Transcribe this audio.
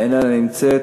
איננה נמצאת.